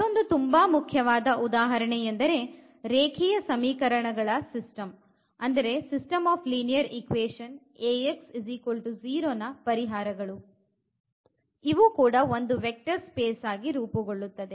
ಮತ್ತೊಂದು ತುಂಬಾ ಮುಖ್ಯವಾದ ಉದಾಹರಣೆ ಎಂದರೆ ರೇಖೀಯ ಸಮೀಕರಣಗಳ ಸಿಸ್ಟಮ್ ಸಮೀಕರಣ Ax0ನ ಪರಿಹಾರಗಳು ಒಂದು ವೆಕ್ಟರ್ ಸ್ಪೇಸ್ ಆಗಿ ರೂಪುಗೊಳ್ಳುತ್ತದೆ